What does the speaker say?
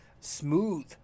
smooth